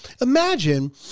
Imagine